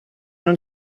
non